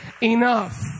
enough